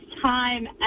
time